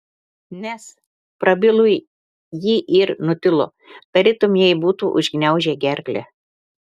nes prabilo ji ir nutilo tarytum jai būtų užgniaužę gerklę